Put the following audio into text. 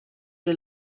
que